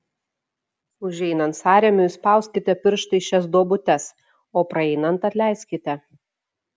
užeinant sąrėmiui spauskite pirštais šias duobutes o praeinant atleiskite